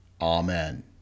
Amen